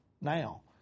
now